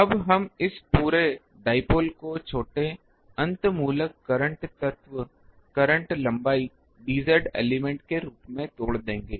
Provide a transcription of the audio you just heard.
अब हम इस पूरे डाइपोल को छोटे अनन्तमूलक करंट तत्व करंट लंबाई dz एलिमेंट के रूप में तोड़ देंगे